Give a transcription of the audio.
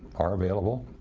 are available,